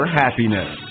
happiness